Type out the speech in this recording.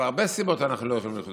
בגלל הרבה סיבות אנחנו לא יכולים לחיות